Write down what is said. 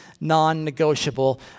non-negotiable